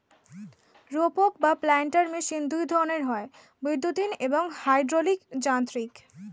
রোপক বা planter machine দুই ধরনের হয়, বৈদ্যুতিন এবং হাইড্রলিক যান্ত্রিক